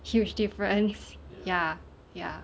huge difference ya ya